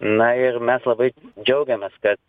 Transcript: na ir mes labai džiaugiamės kad